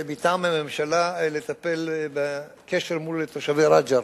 לטפל מטעם הממשלה בקשר מול תושבי רג'ר.